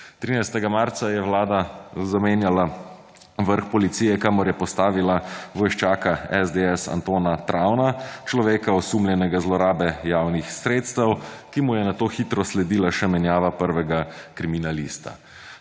13. marca je vlada zamenjala vrh policije, kamor je postavila vojščaka SDS Antona Travnerja, človeka, osumljenega zlorabe javnih sredstev, ki mu je nato hitro sledila še menjava prvega kriminalista.